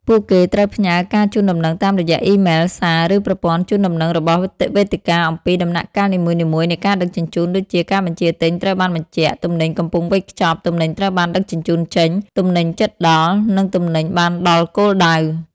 ពួកគេត្រូវផ្ញើការជូនដំណឹងតាមរយៈអ៊ីមែល សារ ឬប្រព័ន្ធជូនដំណឹងរបស់វេទិកាអំពីដំណាក់កាលនីមួយៗនៃការដឹកជញ្ជូន ដូចជា "ការបញ្ជាទិញត្រូវបានបញ្ជាក់" "ទំនិញកំពុងវេចខ្ចប់" "ទំនិញត្រូវបានដឹកជញ្ជូនចេញ" "ទំនិញជិតដល់" និង "ទំនិញបានដល់គោលដៅ"។